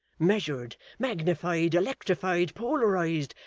measured, magnified, electrified, polarized,